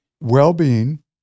well-being